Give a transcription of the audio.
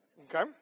okay